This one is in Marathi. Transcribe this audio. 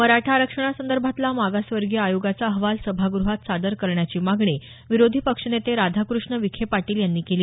मराठा आरक्षणासंदर्भातला मागासवर्गीय आयोगाचा अहवाल सभाग्रहात सादर करण्याची मागणी विरोधी पक्षनेते राधाकृष्ण विखे पाटील यांनी केली